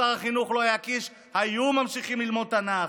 מגיע שר החינוך וממשיך להגיד שלא לומדים תנ"ך.